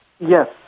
Yes